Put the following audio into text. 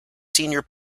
senior